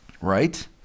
Right